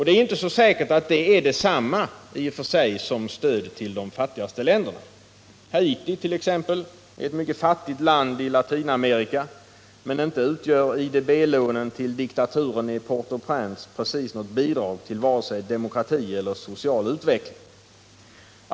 Det är inte säkert att det är detsamma som stöd till de fattigaste länderna. Haiti t.ex. är ett mycket fattigt land i Latinamerika, men IDB-lånen till diktaturen i Port-au-Prince utgör inte precis något bidrag till vare sig demokrati eller social utveckling.